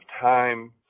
time